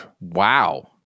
Wow